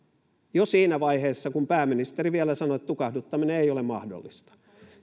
jo siinä vaiheessa kun pääministeri vielä sanoi että tukahduttaminen ei ole mahdollista